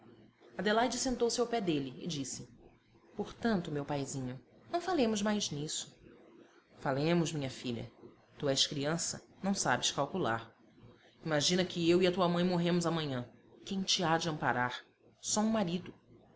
adelaide sentou-se ao pé dele e disse portanto meu paizinho não falemos mais nisso falemos minha filha tu és criança não sabes calcular imagina que eu e a tua mãe morremos amanhã quem te há de amparar só um marido